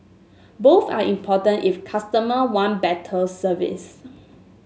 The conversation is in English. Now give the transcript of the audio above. both are important if customer want better service